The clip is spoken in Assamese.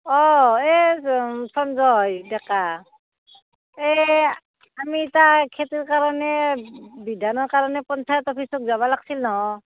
অঁ এই সঞ্জয় ডেকা এইআমি এটা খেতিৰ কাৰণে বিধানৰ কাৰণে পঞ্চায়ত অফিছত যাব লাগছিল নহয়